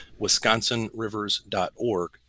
wisconsinrivers.org